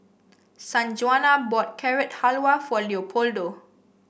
Sanjuana bought Carrot Halwa for Leopoldo